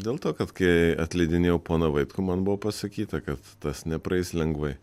dėl to kad kai atleidinėjo poną vaitkų man buvo pasakyta kad tas nepraeis lengvai